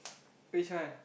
which one